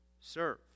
serve